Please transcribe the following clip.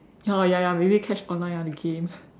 ya lor ya ya maybe catch online ah the game